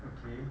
okay